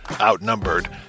Outnumbered